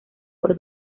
por